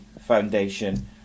Foundation